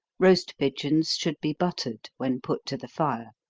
roast pigeons should be buttered when put to the fire.